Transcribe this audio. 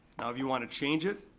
now if you wanna change it,